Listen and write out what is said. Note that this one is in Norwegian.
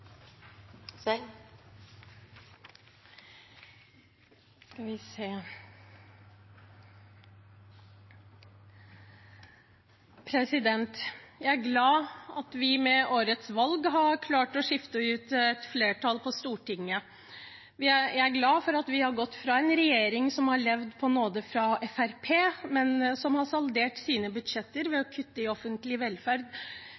glad for at vi med årets valg har klart å skifte ut et flertall på Stortinget. Jeg er glad for at vi har gått fra en regjering som har levd på nåde fra Fremskrittspartiet, men som har saldert sine budsjetter ved å kutte i offentlig velferd,